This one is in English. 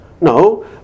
No